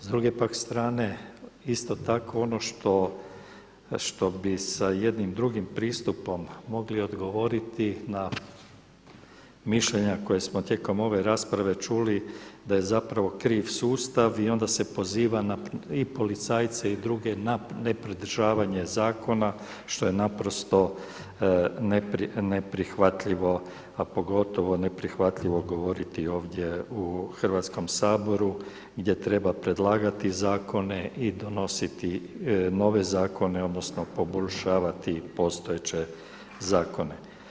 S druge pak strane isto tak ono što bi sa jednim drugim pristupom mogli odgovoriti na mišljenja koja smo tijekom ove rasprave čuli da je zapravo kriv sustav i onda se poziva i policajce i druge na nepridržavanje zakona što je naprosto neprihvatljivo a pogotovo neprihvatljivo govoriti ovdje u Hrvatskom saboru gdje treba predlagati zakone i donositi nove zakone odnosno poboljšavati postojeće zakone.